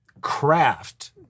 craft